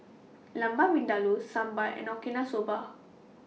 Lamb Vindaloo Sambar and Okinawa Soba